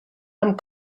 amb